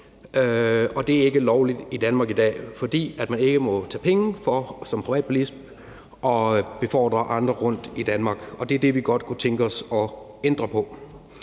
det er ikke lovligt i Danmark i dag, fordi man som privatbilist ikke må tage penge for at befordre andre rundt i Danmark, og det er det, vi godt kunne tænke os at ændre på.